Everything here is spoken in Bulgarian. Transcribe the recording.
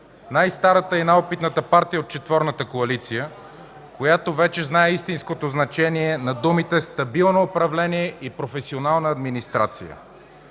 най-старата и най-опитната партия от четворната коалиция, която вече знае истинското значение на думите „стабилно управление” и „професионална администрация”.